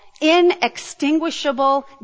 inextinguishable